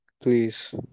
Please